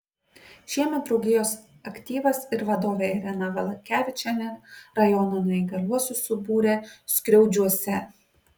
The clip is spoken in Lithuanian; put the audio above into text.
šiemet draugijos aktyvas ir vadovė irena valatkevičienė rajono neįgaliuosius subūrė skriaudžiuose